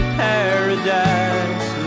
paradise